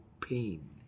pain